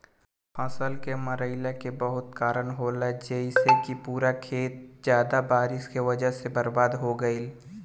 फसल के मरईला के बहुत कारन होला जइसे कि पूरा खेत ज्यादा बारिश के वजह से बर्बाद हो गईल